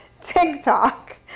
tiktok